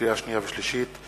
לקריאה שנייה ולקריאה שלישית: